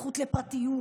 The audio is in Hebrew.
הזכות לפרטיות,